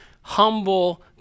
humble